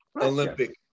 Olympic